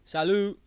Salut